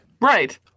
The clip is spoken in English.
Right